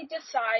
decide